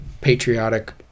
patriotic